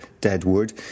Deadwood